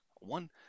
One